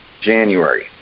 January